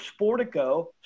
Sportico